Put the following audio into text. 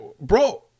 bro